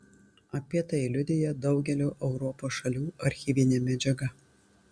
apie tai liudija daugelio europos šalių archyvinė medžiaga